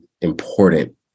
important